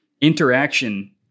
interaction